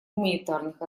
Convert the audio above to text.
гуманитарных